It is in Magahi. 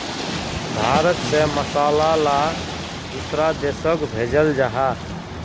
भारत से मसाला ला दुसरा देशोक भेजल जहा